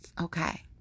Okay